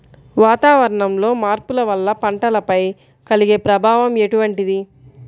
వాతావరణంలో మార్పుల వల్ల పంటలపై కలిగే ప్రభావం ఎటువంటిది?